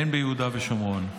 והן ביהודה ושומרון.